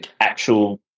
actual